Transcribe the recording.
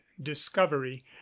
discovery